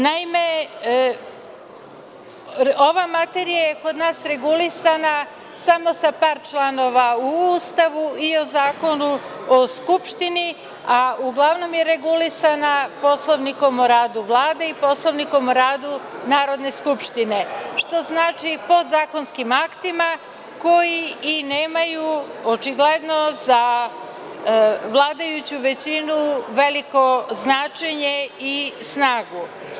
Naime, ova materija je kod nas regulisana samo sa par članova u Ustavu i u Zakonu o Skupštini, a uglavnom je regulisana Poslovnikom o radu o Vlade i Poslovnikom o radu Narodne skupštine, što znači i podzakonskim aktima koji i nemaju očigledno za vladajuću većinu veliko značenje i snagu.